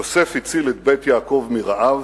יוסף הציל את בית יעקב מרעב,